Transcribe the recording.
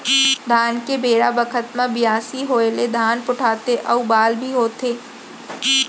धान के बेरा बखत म बियासी होय ले धान पोठाथे अउ बाल भी होथे